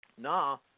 Now